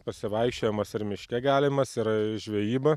pasivaikščiojimas ir miške galimas yra žvejyba